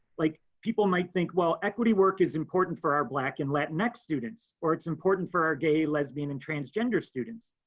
like people might think, well, equity work is important for our black and latin x students, or it's important for our gay, lesbian and transgender students,